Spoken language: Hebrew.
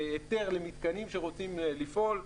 היתר למיתקנים שרוצים לפעול,